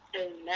amen